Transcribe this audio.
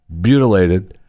Butylated